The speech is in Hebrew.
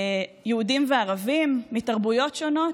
יהודים וערבים מתרבויות שונות,